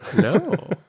no